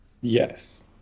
Yes